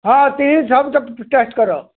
ହଁ ତିନି ସବୁତକ୍ ଟେଷ୍ଟ୍ କର